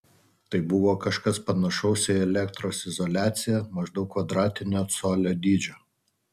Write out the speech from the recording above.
tai buvo kažkas panašaus į elektros izoliaciją maždaug kvadratinio colio dydžio